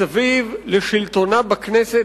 מסביב לשלטונה בכנסת,